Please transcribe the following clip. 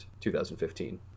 2015